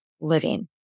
living